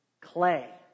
clay